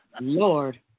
Lord